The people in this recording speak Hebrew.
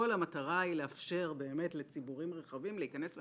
כל המטה היא לאפשר באמת לציבורים רחבים להיכנס למקצוע.